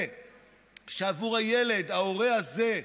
ושבעבור הילד ההורה הזה,